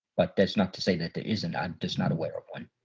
but that's not to say that there isn't. i'm just not aware of one.